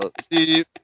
See